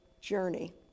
journey